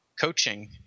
coaching